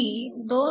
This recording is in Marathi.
ती 2